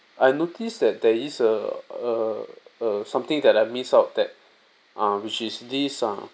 I notice that there is a err err something that I miss out that uh which is this uh